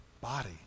Body